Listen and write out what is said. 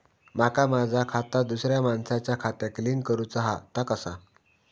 माका माझा खाता दुसऱ्या मानसाच्या खात्याक लिंक करूचा हा ता कसा?